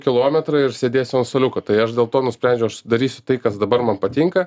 kilometrą ir sėdėsiu ant suoliuko tai aš dėl to nusprendžiau aš darysiu tai kas dabar man patinka